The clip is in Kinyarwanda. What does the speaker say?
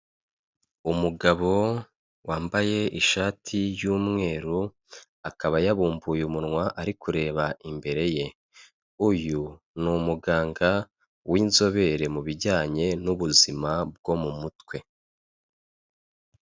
Umugabo wambaye ishati y'umweru akaba yabumbuye umunwa ari kureba imbere ye. Uyu ni umuganga winzobere mubijyanye n'ubuzima bwo mu mutwe.